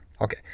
Okay